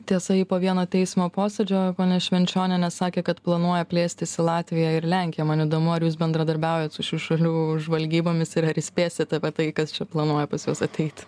tiesa ji po vieno teismo posėdžio ponia švenčionienė sakė kad planuoja plėstis į latviją ir lenkiją man įdomu ar jūs bendradarbiaujat su šių šalių žvalgybomis ir ar įspėsit apie tai kas čia planuoja pas juos ateit